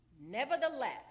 Nevertheless